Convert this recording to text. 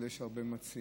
אבל יש הרבה מציעים,